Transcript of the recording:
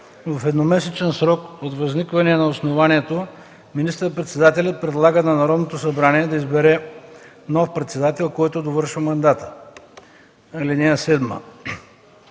в едномесечен срок от възникване на основанието министър-председателят предлага на Народното събрание да избере нов председател, който довършва мандата. (7)